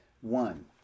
one